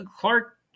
Clark